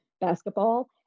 basketball